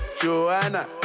Joanna